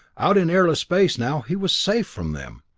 out in airless space now, he was safe from them.